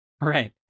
Right